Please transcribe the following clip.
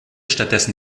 stattdessen